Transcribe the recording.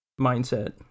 mindset